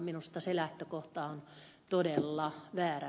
minusta se lähtökohta on todella väärä